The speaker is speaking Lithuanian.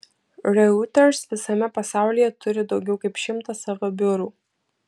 reuters visame pasaulyje turi daugiau kaip šimtą savo biurų